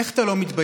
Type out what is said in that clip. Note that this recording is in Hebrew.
איך אתה לא מתבייש?